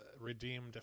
redeemed